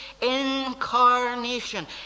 incarnation